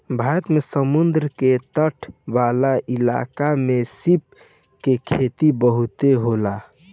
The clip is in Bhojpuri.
भारत में समुंद्र के तट वाला इलाका में सीप के खेती बहुते होला